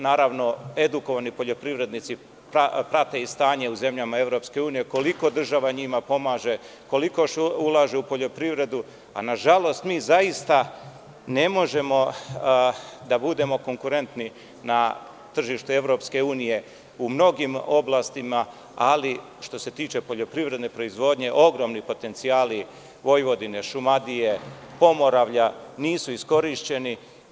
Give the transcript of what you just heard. Naravno, edukovani poljoprivrednici prate i stanje u zemljama EU, koliko država njima pomaže, koliko ulaže u poljoprivredi, a mi zaista ne možemo da budemo konkurentni na tržištu EU u mnogim oblastima, ali što se tiče poljoprivredne proizvodnje, ogromni potencijali Vojvodine, Šumadije nisu iskorišćeni.